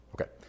Okay